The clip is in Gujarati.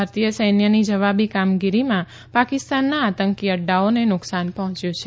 ભારતીય સૈન્યની જવાબી કામગીરીમાં પાકિસ્તાનના આતંકી અફાઓને નુકસાન પહોંચ્યું છે